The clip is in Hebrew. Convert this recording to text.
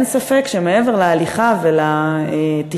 אין ספק שמעבר להליכה ולתכנון,